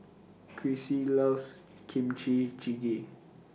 Chrissy loves Kimchi Jjigae